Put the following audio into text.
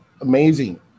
amazing